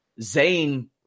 Zayn